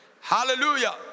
Hallelujah